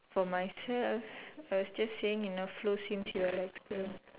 for myself I was just saying enough flow since you are like saying